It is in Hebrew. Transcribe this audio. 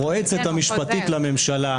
אחריו חבר הכנסת אלעזר שטרן.